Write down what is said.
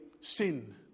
sin